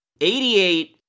88